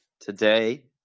today